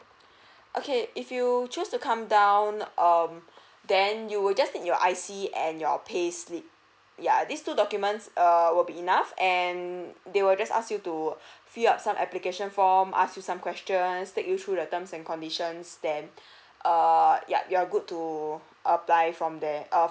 okay if you choose to come down um then you will just need your I_C and your payslip ya these two documents err will be enough and they will just ask you to fill up some application form ask you some questions take you through the terms and conditions then err yup you're good to apply from there err